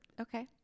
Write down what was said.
Okay